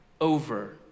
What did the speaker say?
over